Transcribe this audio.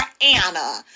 Anna